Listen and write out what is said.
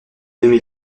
nommé